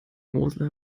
mosel